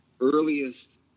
earliest